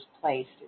placed